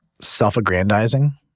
self-aggrandizing